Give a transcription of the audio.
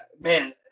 Man